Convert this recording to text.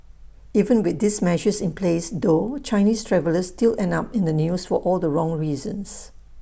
even with these measures in place though Chinese travellers still end up in the news for all the wrong reasons